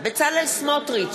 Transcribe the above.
בצלאל סמוטריץ,